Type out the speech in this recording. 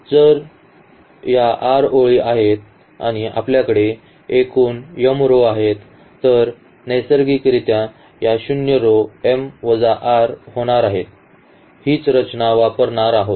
जर या r ओळी आहेत आणि आपल्याकडे एकूण m row आहेत तर नैसर्गिकरित्या या शून्य row m वजा r होणार आहेत हीच रचना वापरणार आहोत